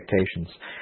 expectations